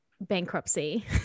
bankruptcy